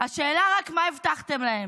השאלה רק מה הבטחתם להם,